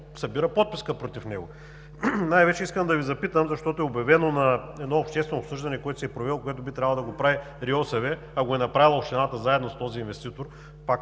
събира подписка против него. Най-вече искам да Ви запитам, защото е обявено на обществено обсъждане, което се е провело, което би трябвало да го прави РИОСВ, а го е направила общината заедно с този инвеститор – пак